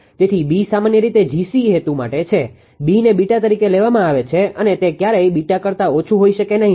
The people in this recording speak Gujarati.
તેથી B સામાન્ય રીતે gc હેતુ માટે છે Bને તરીકે લેવામાં આવે છે અને તે ક્યારેય કરતા ઓછું હોઈ શકે નહીં